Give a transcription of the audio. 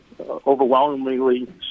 overwhelmingly